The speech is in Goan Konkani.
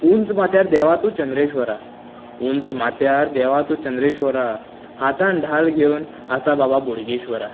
उंच माथ्यार देवा तूं चंद्रेश्वरा उंच माथ्यार देवा तूं चंद्रेश्वरा हातांत ढाल घेवन आसा बाबा बोडगेश्वरा